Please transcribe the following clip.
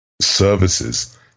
services